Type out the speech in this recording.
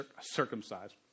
circumcised